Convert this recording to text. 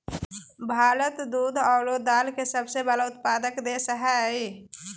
भारत दूध आरो दाल के सबसे बड़ा उत्पादक देश हइ